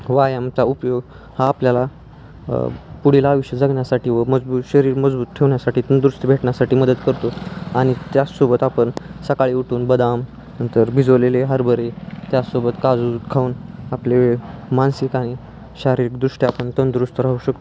व्यायामचा उपयोग हा आपल्याला पुढला आयुष्य जगण्यासाठी व मजबूत शरीर मजबूत ठेवण्यासाठी तंदुरुस्त भेटण्यासाठी मदत करतो आणि त्यासोबत आपण सकाळी उठून बदाम नंतर भिजवलेले हरभरे त्यासोबत काजू खाऊन आपले मानसिक आणि शारीरिकदृष्ट्या आपण तंदुरुस्त राहू शकतो